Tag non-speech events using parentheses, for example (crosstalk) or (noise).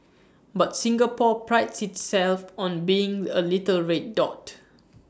but Singapore prides itself on being A little red dot (noise)